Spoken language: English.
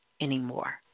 anymore